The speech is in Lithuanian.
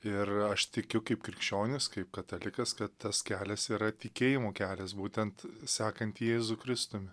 ir aš tikiu kaip krikščionis kaip katalikas kad tas kelias yra tikėjimo kelias būtent sekant jėzu kristumi